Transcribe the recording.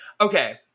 Okay